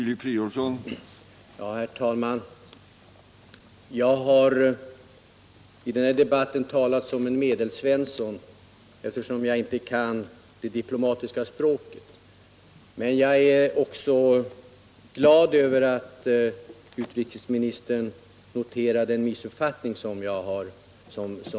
Herr talman! Jag har i denna debatt talat som en Medelsvensson, eftersom jag inte kan det diplomatiska språket. Jag är också glad över att utrikesministern noterade att mitt första anförande missuppfattades.